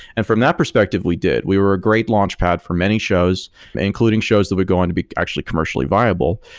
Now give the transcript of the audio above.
and from that perspective, we did. we were a great launch pad for many shows including shows the would go on to be actually commercially viable,